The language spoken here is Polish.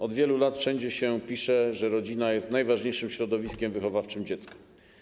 Od wielu lat wszędzie jest napisane, że rodzina jest najważniejszym środowiskiem wychowawczym dziecka.